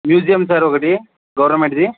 museum sir ఒకటి గవర్నమెంట్ది